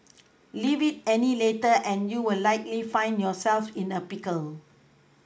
leave it any later and you will likely find yourself in a pickle